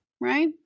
right